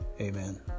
Amen